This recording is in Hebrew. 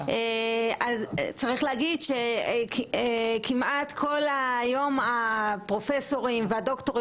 צריך להגיד שהיום כמעט כל הפרופסורים והדוקטורים